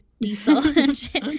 diesel